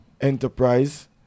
Enterprise